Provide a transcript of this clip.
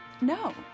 no